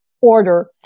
order